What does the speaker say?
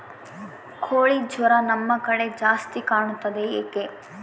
ಕೋಳಿ ಜ್ವರ ನಮ್ಮ ಕಡೆ ಜಾಸ್ತಿ ಕಾಣುತ್ತದೆ ಏಕೆ?